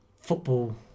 football